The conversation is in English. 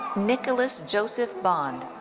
nicholas joseph bond.